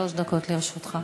בבקשה, שלוש דקות לרשותך.